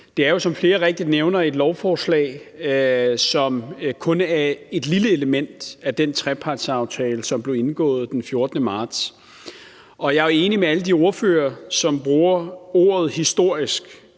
Det er jo, som flere rigtigt nævner, et lovforslag, som kun er et lille element af den trepartsaftale, som blev indgået den 14. marts. Og jeg er enig med alle de ordførere, som bruger ordet historisk,